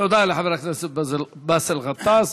תודה לחבר הכנסת באסל גטאס.